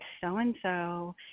so-and-so